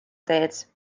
teed